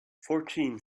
fourteen